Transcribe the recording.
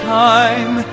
time